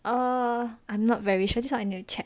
err I'm not very sure this one I never check